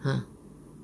!huh!